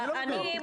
אני לא מבין.